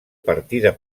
partida